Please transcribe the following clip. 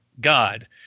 God